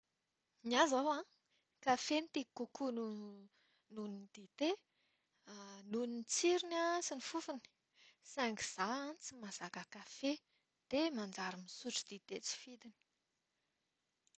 Ny ahy izao an, kafe no tiako kokoa no- noho ny dite, noho ny tsirony sy ny fofony. Saingy izaho an tsy mahazaka kafe ka manjary misotro dite tsy fidiny.